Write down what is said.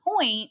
point